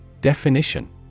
Definition